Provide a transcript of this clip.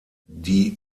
die